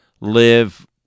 live